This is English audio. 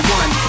one